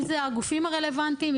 אם זה הגופים הרלוונטיים,